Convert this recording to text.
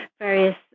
various